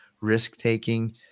risk-taking